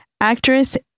Actress